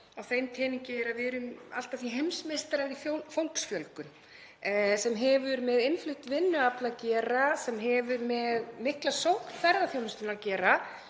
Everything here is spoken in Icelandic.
á þeim peningi er að við erum allt að því heimsmeistarar í fólksfjölgun sem hefur með innflutt vinnuafl að gera, sem hefur með mikla sókn ferðaþjónustunnar gera.